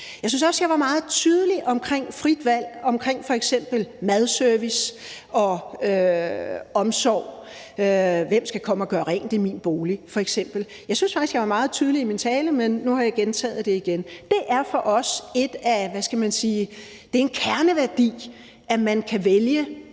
Jeg synes også, at jeg var meget tydelig om frit valg omkring f.eks. madservice og omsorg. Hvem skal f.eks. komme og gøre rent i min bolig? Jeg synes faktisk, at jeg var meget tydelig i min tale, men nu har jeg gentaget det. Det er for os en kerneværdi, at man kan vælge